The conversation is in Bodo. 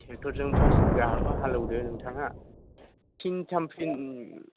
ट्रेक्टरजों फास बिगा हाखौ हालौदो नोंथाङा फिनथाम फिन